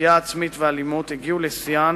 פגיעה עצמית ואלימות הגיעו לשיאן